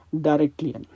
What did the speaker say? directly